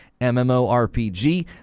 MMORPG